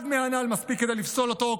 אחד מהנ"ל מספיק כדי לפסול אותו.